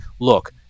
look